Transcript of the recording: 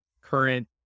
current